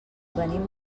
venim